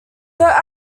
though